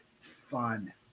fun